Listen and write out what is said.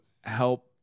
help